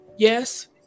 Yes